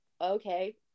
okay